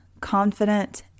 confident